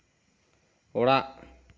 ᱚᱲᱟᱜ